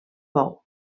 bou